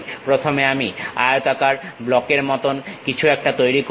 প্রথমে আমি আয়তাকার ব্লক এর মতন কিছু একটা তৈরি করবো